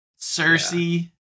Cersei